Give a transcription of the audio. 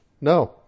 No